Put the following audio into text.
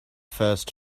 first